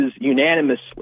unanimously